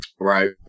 Right